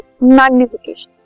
magnification